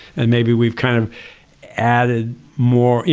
and maybe we've kind of added more you